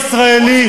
לציבור הישראלי,